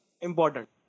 important